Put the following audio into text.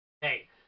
Hey